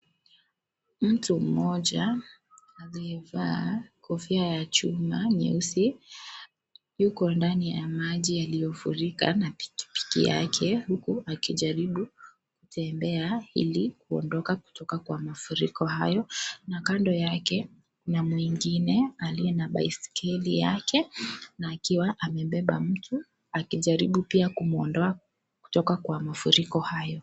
Mtu mmoja aliyevaa kofia ya chuma nyeusi yuko ndani ya maji yaliyo furika na pikipiki yake huku akijaribu kutembea ili kuondoka kutoka kwa mafuriko hayo na kando yake kuna mwingine aliye na baiskeli yake na akiwa amebeba mtu akijaribu pia kumuondoa kutoka kwa mafuriko hayo.